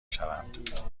شوند